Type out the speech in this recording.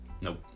Nope